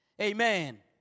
Amen